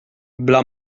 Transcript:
bla